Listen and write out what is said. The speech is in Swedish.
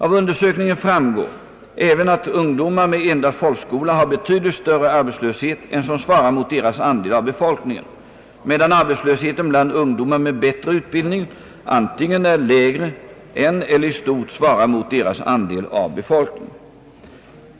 Av undersökningen framgår även att ungdomar med endast folkskola har betydligt större arbetslöshet än som svarar mot deras andel av befolkningen, medan arbetslösheten bland ungdomar med bättre utbildning antingen är lägre än eller i stort svarar mot deras andel av befolkningen.